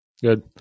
Good